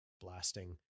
blasting